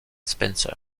spencer